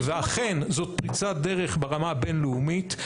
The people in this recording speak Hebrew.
ואכן זו פריצת דרך בבמה הבין לאומית.